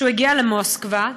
שהגיע למוסקבה,